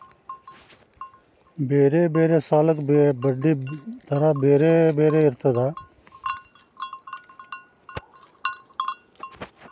ಬೇರೆ ಬೇರೆ ಸಾಲಕ್ಕ ಬಡ್ಡಿ ದರಾ ಬೇರೆ ಬೇರೆ ಇರ್ತದಾ?